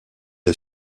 est